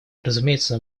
разумеется